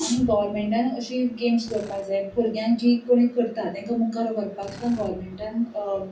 आनी गव्हर्मेंटान अशी गॅम्स दवरपाक जाय भुरग्यांक जी कोण करता तांकां मुखार व्हरपाक सुद्दां गव्हर्मेंटान